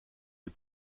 les